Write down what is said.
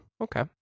okay